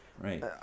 right